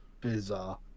bizarre